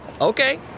Okay